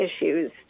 issues